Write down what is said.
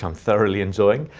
um thoroughly enjoying.